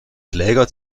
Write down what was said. kläger